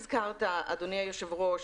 אדוני היושב ראש,